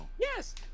Yes